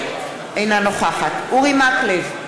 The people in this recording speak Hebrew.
אינה נוכחת אורי מקלב,